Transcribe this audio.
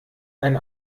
ein